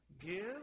Give